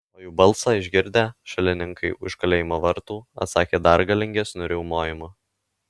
o jų balsą išgirdę šalininkai už kalėjimo vartų atsakė dar galingesniu riaumojimu